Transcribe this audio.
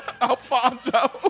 Alfonso